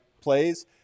plays